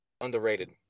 Underrated